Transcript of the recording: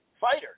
fighter